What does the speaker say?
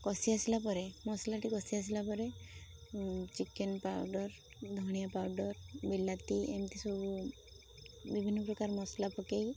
କଷି ଆସିଲା ପରେ ମସଲାଟି କଷି ଆସିଲା ପରେ ଚିକେନ୍ ପାଉଡ଼ର୍ ଧନିଆ ପାଉଡ଼ର୍ ବିଲାତି ଏମିତି ସବୁ ବିଭିନ୍ନ ପ୍ରକାର ମସଲା ପକାଇ